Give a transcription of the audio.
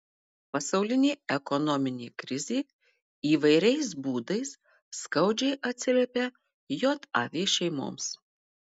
pasaulinė ekonominė krizė įvairiais būdais skaudžiai atsiliepia jav šeimoms